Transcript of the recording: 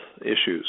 issues